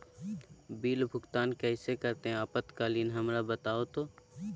Bill भुगतान कैसे करते हैं आपातकालीन हमरा बताओ तो?